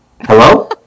Hello